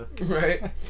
Right